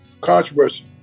controversy